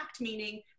meaning